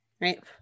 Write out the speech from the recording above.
right